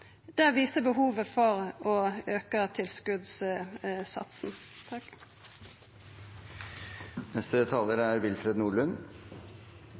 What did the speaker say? Det viste behovet for å auka tilskotssatsen. Statsråden sa i sitt innlegg at regjeringen er